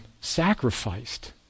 sacrificed